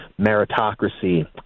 meritocracy